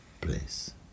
place